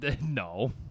No